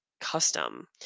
custom